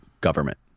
government